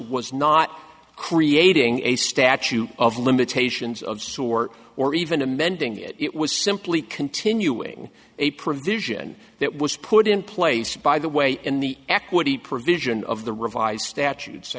was not creating a statute of limitations of sort or even amending it it was simply continuing a provision that was put in place by the way in the equity provision of the revised statutes i